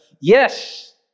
Yes